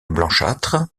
blanchâtres